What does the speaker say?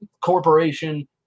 corporation